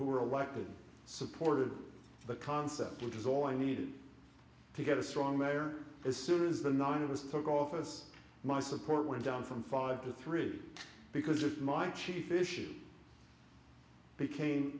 who were elected supported the concept which is all i needed to get a strong mayor as soon as the none of us took office my support went down from five to three because of my chief issues became